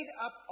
up